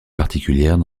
particulières